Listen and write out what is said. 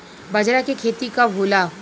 बजरा के खेती कब होला?